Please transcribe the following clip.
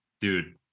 dude